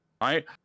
right